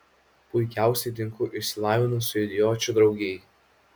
puikiausiai tinku išsilavinusių idiočių draugijai